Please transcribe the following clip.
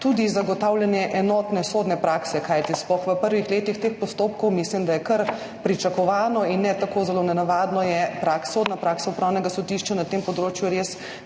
tudi zagotavljanje enotne sodne prakse. Kajti sploh v prvih letih teh postopkov mislim, da je kar pričakovano in ne tako zelo nenavadno, da je sodna praksa Upravnega sodišča na tem področju res bila